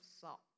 salt